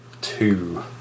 Two